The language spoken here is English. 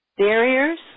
Barriers